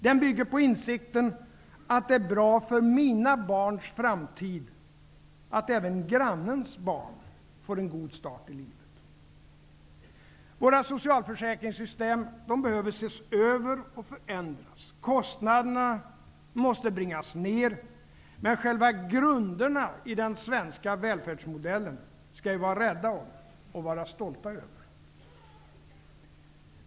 Den bygger på insikten att det är bra för mina barns framtid att även grannens barn får en god start i livet. Våra socialförsäkringssystem behöver ses över och förändras. Kostnaderna måste bringas ned. Men själva grunderna i den svenska välfärdsmodellen skall vi vara rädda om och stolta över!